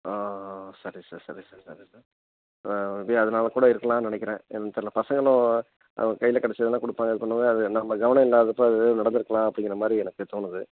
ஆ சரி சார் சரி சார் சரி சார் மே பி அதனால் கூட இருக்கலாம்னு நினைக்கிறேன் என்னன்னு தெரியலை பசங்களும் அவங்க கையில் கிடைச்சதெல்லாம் கொடுப்பாங்க இது பண்ணுவாங்க அது என்ன கவனம் இல்லாதப்போ அது எதுவும் நடந்திருக்கலாம் அப்படிங்குற மாதிரி எனக்கு தோணுது